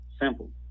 Simple